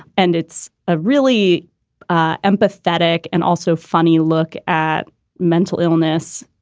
and it's a really ah empathetic and also funny look at mental illness.